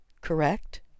Correct